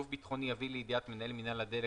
גוף ביטחוני יביא לידיעת מנהל מינהל הדלק